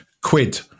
Quid